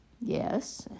Yes